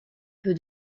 peu